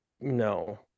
no